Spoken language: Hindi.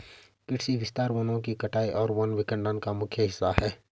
कृषि विस्तार वनों की कटाई और वन विखंडन का मुख्य हिस्सा है